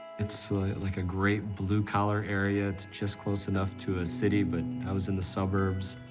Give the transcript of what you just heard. it's like a great blue-collar area. it's just close enough to a city, but i was in the suburbs.